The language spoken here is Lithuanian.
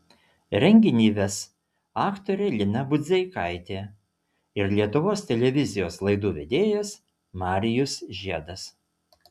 renginį ves aktorė lina budzeikaitė ir lietuvos televizijos laidų vedėjas marijus žiedas